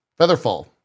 featherfall